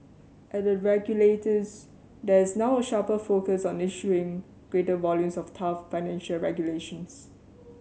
at the regulators there is now a sharper focus on issuing greater volumes of tough financial regulations